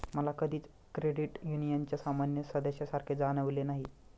मला कधीच क्रेडिट युनियनच्या सामान्य सदस्यासारखे जाणवले नाही